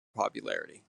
popularity